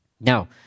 Now